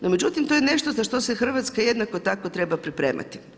No, međutim, to je nešto za što se Hrvatska jednako tako treba pripremati.